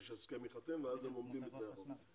שההסכם ייחתם ואז הם עומדים בתנאי החוק.